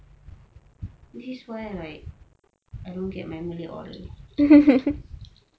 this is why like I don't get my malay oral